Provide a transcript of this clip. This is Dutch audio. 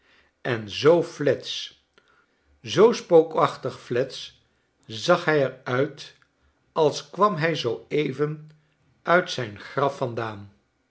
en zoo flets zoo spookachtig flets zag hij er uit als kwam hij zoo even uit zijn graf vandaan